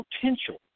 potential